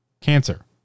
cancer